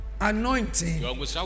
anointing